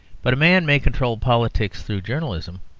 but a man may control politics through journalism,